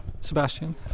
Sebastian